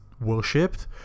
worshipped